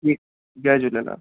जी जय झूलेलाल